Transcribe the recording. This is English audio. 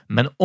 Men